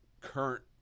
current